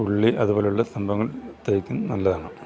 ഉള്ളി അതുപോലെയുള്ള സംഭവങ്ങൾ തേയ്ക്കും നല്ലതാണ്